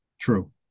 True